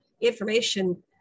information